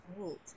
old